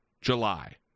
July